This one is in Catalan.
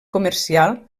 comercial